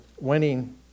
winning